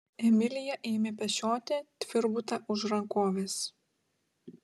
emilija ėmė pešioti tvirbutą už rankovės